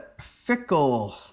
fickle